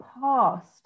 past